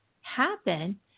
happen